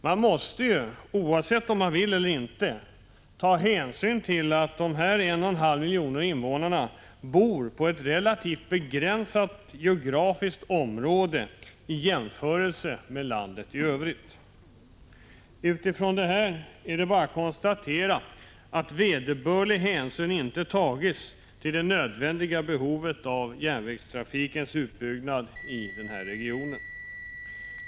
Man måste, oavsett om man vill eller inte, ta hänsyn till att dessa 1,5 miljoner invånare bor på ett relativt begränsat geografiskt område i jämförelse med landet i övrigt. Utifrån detta är det bara att konstatera att vederbörlig hänsyn inte tagits till det nödvändiga behovet av järnvägstrafikens utbyggnad i regionen.